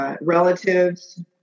Relatives